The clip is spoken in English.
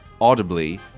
audibly